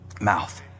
mouth